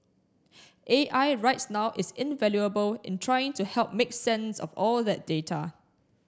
A I rights now is invaluable in trying to help make sense of all that data